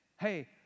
Hey